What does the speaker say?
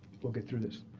we'll get through this.